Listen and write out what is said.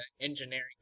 engineering